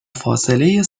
فاصله